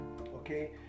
Okay